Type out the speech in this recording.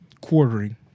Quartering